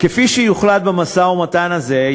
כפי שיוחלט במשא-ומתן הזה,